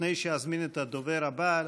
לפני שאזמין את הדובר הבא,